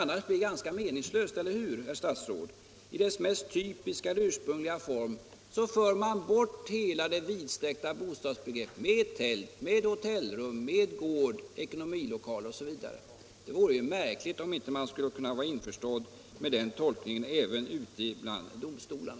Men just genom tillägget ”i dess mest typiska eller ursprungliga form” —- som väl annars blir ganska meningslöst, herr statsråd — för man bort hela det vidsträckta bostadsbegreppet med tält, med hotellrum, med gård, med ekonomilokaler osv. Det vore ju märkligt om man inte skulle kunna bli införstådd med den tolkningen vid domstolarna.